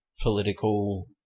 political